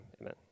amen